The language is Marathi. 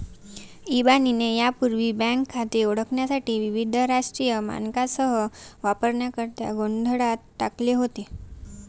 इबानीने यापूर्वी बँक खाते ओळखण्यासाठी विविध राष्ट्रीय मानकांसह वापरकर्त्यांना गोंधळात टाकले होते